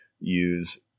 use